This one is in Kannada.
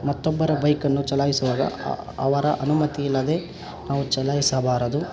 ಮತ್ತೊಬ್ಬರ ಬೈಕನ್ನು ಚಲಾಯಿಸುವಾಗ ಅವರ ಅನುಮತಿ ಇಲ್ಲದೆ ನಾವು ಚಲಾಯಿಸಬಾರದು